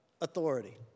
authority